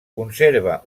conserva